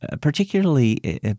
particularly